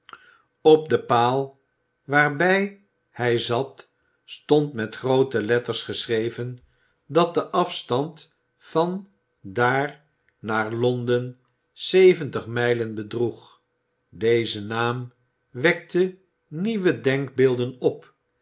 op den paal waarbij hij zat stond met groote letters geschreven dat de afstand van daar naar londen zeventig mijlen bedroeg deze naam wekte nieuwe denkbeelden op